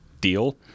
deal